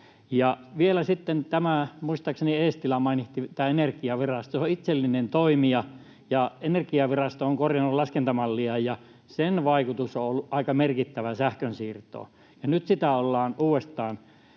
muistaakseni Eestilä mainitsi, on itsellinen toimija, ja Energiavirasto on korjannut laskentamallia, ja sen vaikutus on ollut aika merkittävä sähkönsiirtoon. Nyt sitä ollaan